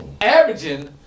averaging